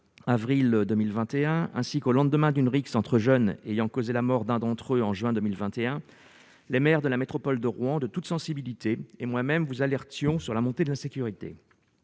avril 2021 ainsi qu'au lendemain d'une rixe entre jeunes ayant causé la mort d'un d'entre eux, en juin 2021, les maires de la métropole de Rouen, de toutes sensibilités et moi-même vous alertons sur la montée de l'insécurité,